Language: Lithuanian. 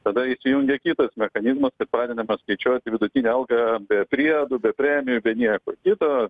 tada įsijungia kitas mechanizmas kai pradedama paskaičiuoti vidutinę algą be priedų be premijų ir be nieko kito